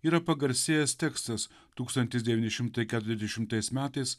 yra pagarsėjęs tekstas tūkstantis devyni šimtai keturiasdešimtais metais